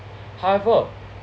however